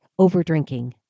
Overdrinking